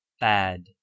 bad